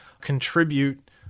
contribute